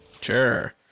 Sure